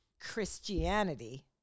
Christianity